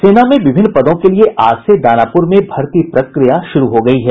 सेना में विभिन्न पदों के लिये आज से दानापुर में भर्ती प्रक्रिया शुरू हो गयी है